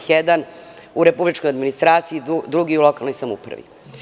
Jedan u republičkoj administraciji, a drugi u lokalnoj samoupravi.